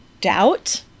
doubt